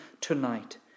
tonight